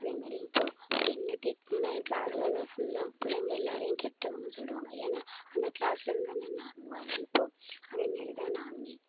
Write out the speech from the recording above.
அதே மாரி இப்போது என்னை திட்டணுன்னா என் கிளாஸில் உள்ள ஃபுல்லாக பிள்ளைங்க எல்லாேரையும் கெட்டவங்கன்னு சொல்லிவிடுவாங்க ஏன்னால் அந்த கிளாஸில் இருந்துதானே நானும் வரேன் இப்போது அதே மாரிதான் நானுமே